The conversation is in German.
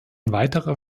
weiterer